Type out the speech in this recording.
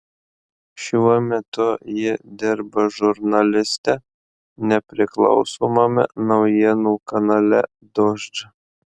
šiuo metu ji dirba žurnaliste nepriklausomame naujienų kanale dožd